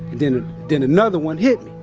then, and then, another one hit